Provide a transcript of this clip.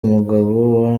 umugabo